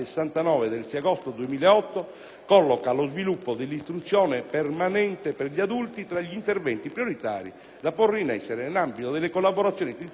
colloca lo sviluppo dell'istruzione permanente per gli adulti tra gli interventi prioritari da porre in essere, nell'ambito delle collaborazioni istituzionali con le Regioni e gli enti locali.